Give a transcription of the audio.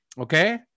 Okay